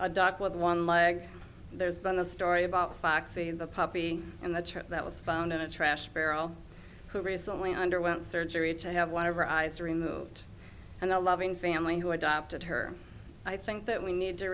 a doc with one leg there's been a story about foxy in the puppy in the church that was found in a trash barrel who recently underwent surgery to have one of her eyes removed and a loving family who adopted her i think that we need to